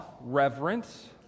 reverence